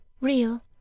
real